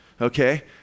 Okay